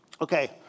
Okay